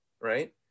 right